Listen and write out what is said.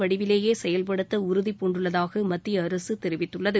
வடிவிலேயே செயல்படுத்த உறுதி பூண்டுள்ளதாக மத்திய அரசு தெரிவித்துள்ளது